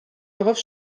darauf